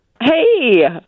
Hey